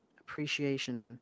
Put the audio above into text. appreciation